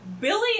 Billy